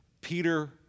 Peter